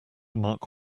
mark